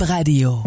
Radio